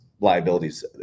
liabilities